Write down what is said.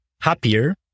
happier